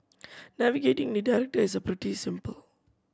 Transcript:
navigating the is pretty simple